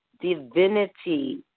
divinity